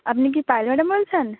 আপনি কি পাল ম্যাডাম বলছেন